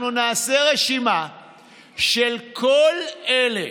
אנחנו נעשה רשימה של כל אלה